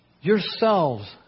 yourselves